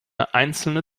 einzelne